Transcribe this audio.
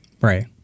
Right